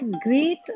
great